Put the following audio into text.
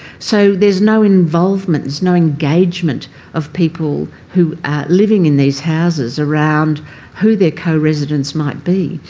so there's no involvement. there's no engagement of people who are living in these houses around who their co-residents might be.